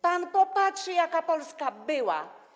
Pan popatrzy, jaka Polska była.